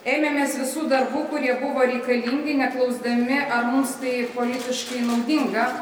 ėmėmės visų darbų kurie buvo reikalingi neklausdami ar mums tai politiškai naudinga